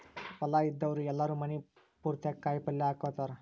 ಹೊಲಾ ಇದ್ದಾವ್ರು ಎಲ್ಲಾರೂ ಮನಿ ಪುರ್ತೇಕ ಕಾಯಪಲ್ಯ ಹಾಕೇಹಾಕತಾರ